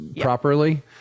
properly